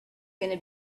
gonna